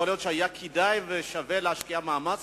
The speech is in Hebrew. יכול להיות שהיה כדאי ושווה להשקיע מאמץ